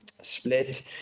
Split